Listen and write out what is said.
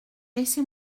laissez